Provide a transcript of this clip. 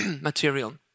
material